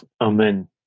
Amen